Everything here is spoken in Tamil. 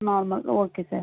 ம் நார்மல் ஓகே சார்